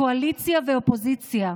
קואליציה ואופוזיציה: